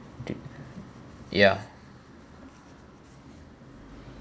ya